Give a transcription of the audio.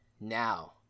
now